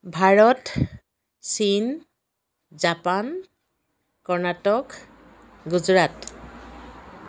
ভাৰত চীন জাপান কৰ্ণাটক গুজৰাট